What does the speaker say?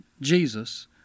Jesus